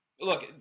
Look